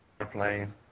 airplane